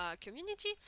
community